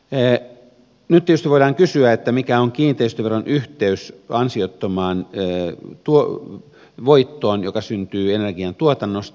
nyt tietysti voidaan kysyä mikä on kiinteistöveron yhteys ansiottomaan voittoon joka syntyy energiantuotannosta